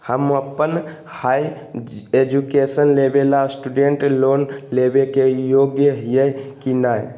हम अप्पन higher education लेबे ला स्टूडेंट लोन लेबे के योग्य हियै की नय?